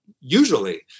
usually